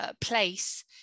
Place